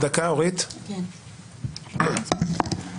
אורית, בבקשה, דקה.